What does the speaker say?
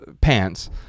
pants